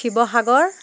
Sivasagar